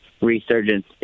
Resurgence